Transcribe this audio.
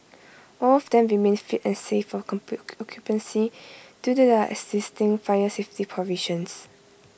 all of them remain fit and safe for due to their existing fire safety provisions